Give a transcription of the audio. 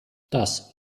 das